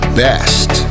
best